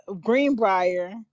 Greenbrier